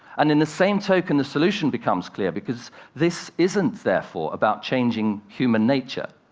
and in the same token, the solution becomes clear, because this isn't, therefore, about changing human nature.